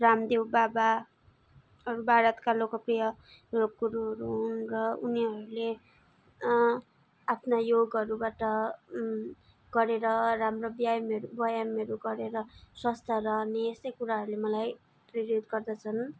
रामदेव बाबा भारतका लोकप्रिय योग गुरुहरू हुन् र उनीहरूले आफ्नो योगहरूबाट गरेर राम्रो व्यायामहरू व्यायामहरू गरेर स्वस्थ रहने यस्तै कुराहरूले मलाई प्रेरित गर्दछन्